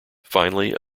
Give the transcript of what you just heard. finally